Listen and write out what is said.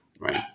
right